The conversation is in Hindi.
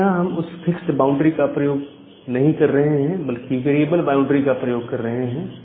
अब यहां हम उस फिक्स्ड बाउंड्री का प्रयोग नहीं कर रहे हैं बल्कि वेरिएबल बाउंड्री का प्रयोग कर रहे हैं